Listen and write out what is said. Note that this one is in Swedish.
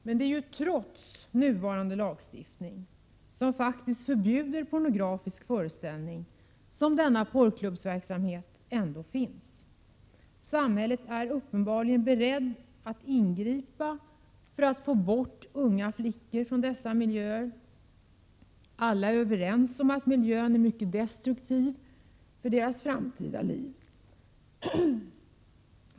Men det är ju trots nuvarande lagstiftning — som faktiskt förbjuder pornografisk föreställning — som denna porrklubbsverksamhet ändå finns. Samhället är uppenbarligen berett att ingripa för att få bort unga flickor från dessa miljöer. Alla är överens om att miljön är mycket destruktiv för deras framtida liv.